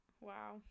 wow